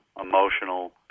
emotional